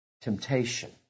temptation